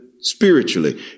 spiritually